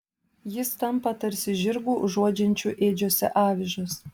jis tampa tarsi žirgu užuodžiančiu ėdžiose avižas